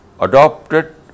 adopted